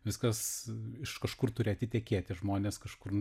viskas iš kažkur turi atitekėti žmonės kažkur